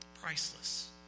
priceless